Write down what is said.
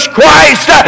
Christ